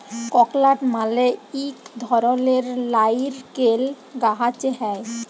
ককলাট মালে ইক ধরলের লাইরকেল গাহাচে হ্যয়